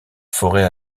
forêt